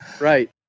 Right